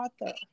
author